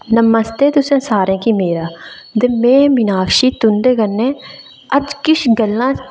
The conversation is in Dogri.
नमस्ते तुसें सारेंगी मेरा ते में मीनाक्षी तुं'दे कन्नै अज्ज किश गल्लां